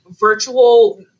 virtual